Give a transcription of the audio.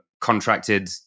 contracted